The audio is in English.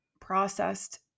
processed